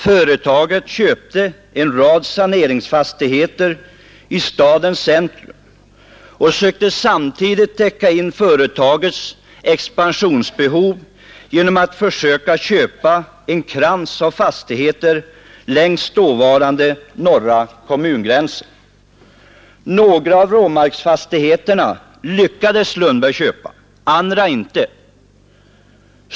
Företaget köpte en rad saneringsfastigheter i stadens centrum och sökte samtidigt täcka in företagets expansionbehov genom att gradvis köpa en krans av fastigheter längs dåvarande norra kommungränsen. Några av råmarksfastigheterna lyckades Lundberg köpa, andra inte.